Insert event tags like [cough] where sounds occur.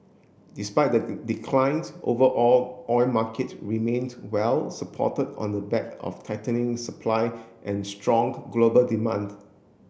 despite the [unintelligible] decline overall oil markets remaines well supported on the back of tightening supply and strong global demand